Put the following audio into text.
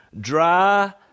dry